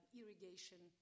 irrigation